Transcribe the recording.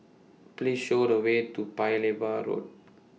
Please Show The Way to Paya Lebar Road